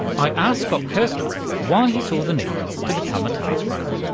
i asked scott kirsner why he saw the need to become a task-runner.